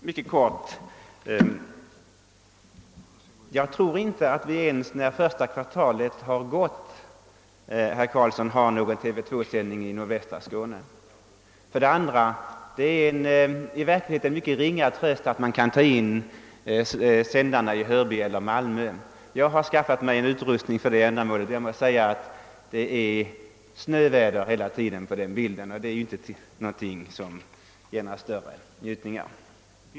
Herr talman! Jag vill bara helt kort säga att vi troligen inte ens under det första kvartalet 1970 har någon TV 2 sändning i nordvästra Skåne, herr statsråd. Det är i verkligheten en mycket ringa tröst att kunna ta in sändningarna från Hörby eller Halmstad. Jag har skaffat mig utrustning för att kunna göra det, men det är »snöväder» på bilden hela tiden och alltså ingenting som man med någon större njutning kan ta del av.